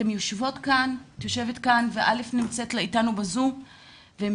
את יושבת כאן ו-א' נמצאת איתנו בזום והן